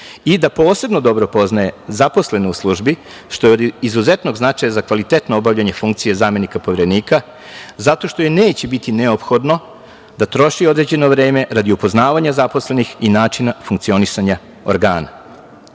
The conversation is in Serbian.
i da posebno dobro poznaje zaposlene u službi što je od izuzetnog značaj za kvalitetno obavljanje funkcije zamenika Poverenika, zato što joj neće biti neophodno da troši određeno vreme radi upoznavanja zaposlenih i načina funkcionisanja organa. Ovde